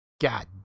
God